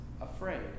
afraid